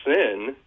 sin